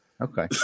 Okay